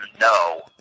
no